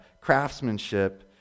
craftsmanship